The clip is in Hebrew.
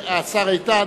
השר איתן,